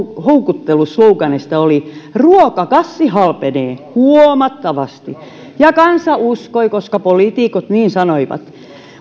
houkuttelusloganeista oli ruokakassi halpenee huomattavasti ja kansa uskoi koska poliitikot niin sanoivat